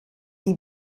die